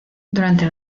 durante